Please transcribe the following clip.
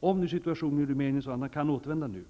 Om situationen i Rumänien nu är sådan att han kan återvända dit,